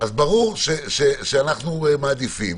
שאנחנו מעדיפים